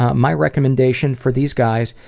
my recommendation for these guys,